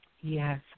Yes